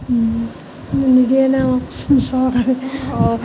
নিদিয়ে নহয় আমাক চৰকাৰে